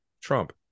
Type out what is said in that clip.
trump